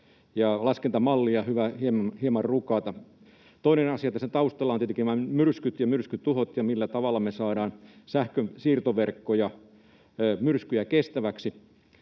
olisi kyllä hyvä hieman rukata. Toinen asia tässä taustalla on tietenkin nämä myrskyt ja myrskytuhot ja se, millä tavalla me saadaan sähkönsiirtoverkkoja myrskyjä kestäväksi.